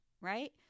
right